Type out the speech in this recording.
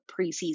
preseason